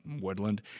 Woodland